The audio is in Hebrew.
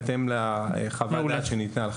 בהתאם לחוות הדעת שניתנה.